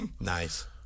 Nice